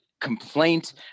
complaint